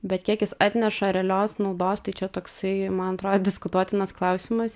bet kiek jis atneša realios naudos tai čia toksai man atro diskutuotinas klausimas